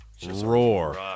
Roar